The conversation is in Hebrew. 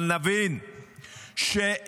אבל נבין שאין